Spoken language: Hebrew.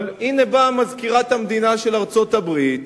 אבל הנה באה מזכירת המדינה של ארצות-הברית,